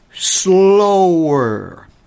Slower